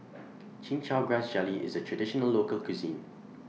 Chin Chow Grass Jelly IS A Traditional Local Cuisine